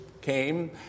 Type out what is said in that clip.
came